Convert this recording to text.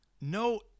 no